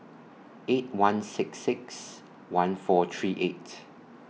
eight one six six one four three eight